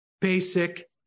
basic